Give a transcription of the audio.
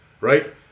Right